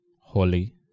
Holy